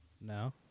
No